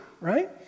right